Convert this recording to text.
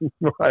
Right